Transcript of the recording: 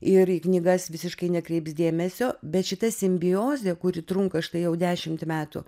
ir į knygas visiškai nekreips dėmesio bet šita simbiozė kuri trunka štai jau dešimt metų